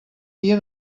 dia